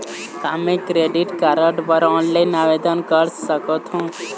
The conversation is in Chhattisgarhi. का मैं क्रेडिट कारड बर ऑनलाइन आवेदन कर सकथों?